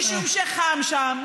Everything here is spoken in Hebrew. משום שחם שם,